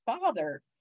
father